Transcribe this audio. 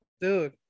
Dude